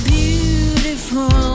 beautiful